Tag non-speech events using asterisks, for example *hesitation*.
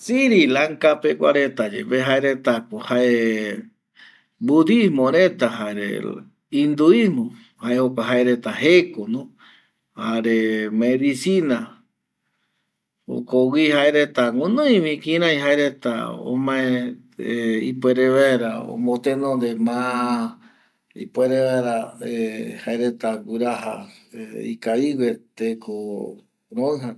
Sirilanka pegua reta yepe jae reta ko jae budismo reta jare induismo jae jokua jae reta jeko, jare medicina jokogui jae reta guinoi vi kirai jae reta omae *hesitation* ipuere vaera omotenonde ma ipuere vaera *hesitation* jae reta guiiraja ikavigue rupi teko roija